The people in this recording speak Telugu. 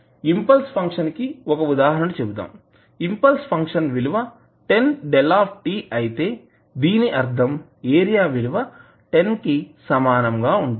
ఇంపల్స్ ఫంక్షన్ కి ఒక ఉదాహరణ చెబుదాం ఇంపల్స్ ఫంక్షన్ విలువ 10 𝞭 అయితే దీని అర్ధం ఏరియా విలువ 10 కి సమానంగా ఉంటుంది